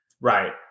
right